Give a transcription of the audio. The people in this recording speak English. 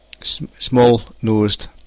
small-nosed